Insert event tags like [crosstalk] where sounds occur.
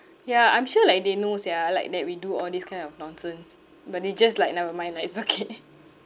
yeah I'm sure like they know sia like that we do all this kind of nonsense but they just like never mind lah it's okay [laughs]